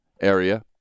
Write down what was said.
area